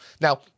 Now